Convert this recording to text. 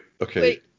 Okay